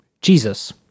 Jesus